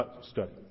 study